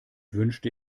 wünschte